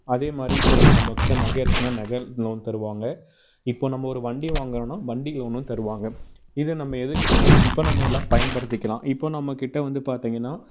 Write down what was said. அதே மாதிரி இப்போ நம்ம நம்ம கிட்ட நகை இருக்குன்னா நகை லோன் தருவாங்க இப்போ நம்ம ஒரு வண்டி வாங்குறோம்னா வண்டி லோனும் தருவாங்க இதை நம்ம எது இப்போ நம்ம எல்லாம் பயன்படுத்திக்கலாம் இப்போ நம்ம கிட்ட வந்து பார்த்தீங்கன்னா